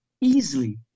easily